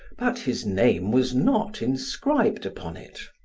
but his name was not inscribed upon it.